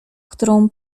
którą